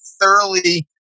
thoroughly